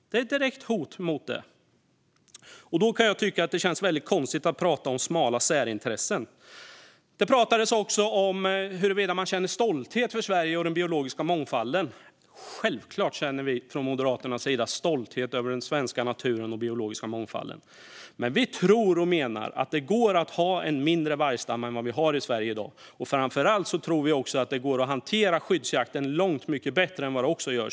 Då kan jag tycka att det känns väldigt konstigt att prata om smala särintressen. Det talades också om huruvida man känner stolthet över Sverige och den biologiska mångfalden. Självklart känner vi från Moderaternas sida stolthet över den svenska naturen och biologiska mångfalden. Men vi tror och menar att det går att ha en mindre vargstam än vad vi har i Sverige i dag. Framför allt tror vi också att det går att hantera skyddsjakten långt mycket bättre än i dag.